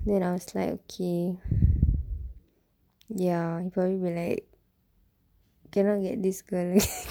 then I was like okay ya he probably be like cannot get this girl